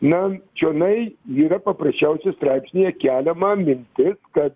na čionai yra paprasčiausia straipsnyje keliama mintis kad